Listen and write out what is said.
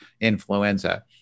influenza